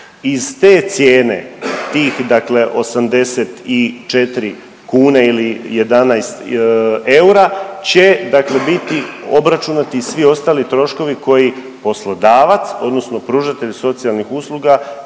Iz te cijene tih dakle 84 kune ili 11 eura će dakle biti obračunati svi ostali troškovi koji poslodavac odnosno pružatelj socijalnih usluga